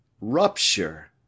Rupture